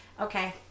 okay